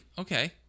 okay